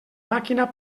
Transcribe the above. màquina